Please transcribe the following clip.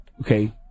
Okay